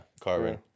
carbon